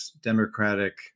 democratic